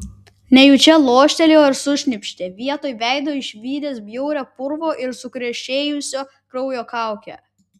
nejučia loštelėjo ir sušnypštė vietoj veido išvydęs bjaurią purvo ir sukrešėjusio kraujo kaukę